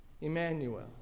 Emmanuel